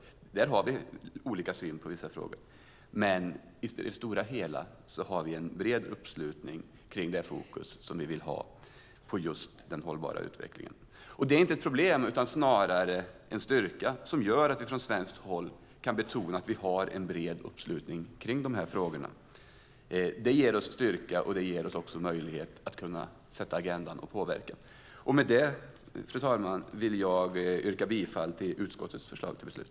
Vi har olika syn i vissa frågor, men i det stora hela har vi en bred uppslutning när det gäller det fokus som vi vill ha på hållbar utveckling. Det är inte ett problem utan snarare en styrka som gör att vi från svenskt håll kan betona att vi har en bred uppslutning när det gäller de här frågorna. Det ger oss styrka och möjlighet att sätta agendan. Jag yrkar bifall till utskottets förslag till beslut.